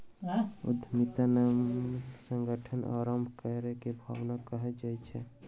उद्यमिता नब संगठन आरम्भ करै के भावना के कहल जाइत अछि